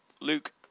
Luke